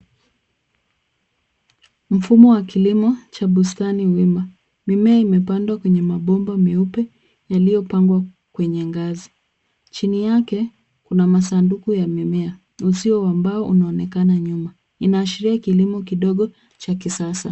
Mfumo wa kilimo cha bustani wima. Mimea imepandwa kwa mabomba meupe yaliyopangwa kwenye ngazi. Chini yake, kuna masanduku ya mimea. Uzio wa mbao unaonekana nyuma, Inaashiria kilomo kidogo cha kisasa.